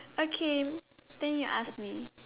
okay then you ask me